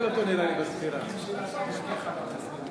לכן החוק לא עבר.